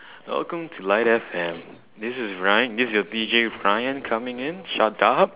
welcome to live F_M this is Ryan this is your D_J Ryan coming in shut up